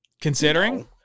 considering